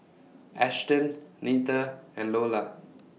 Ashton Neta and Iola